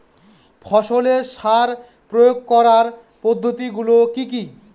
ফসলের সার প্রয়োগ করার পদ্ধতি গুলো কি কি?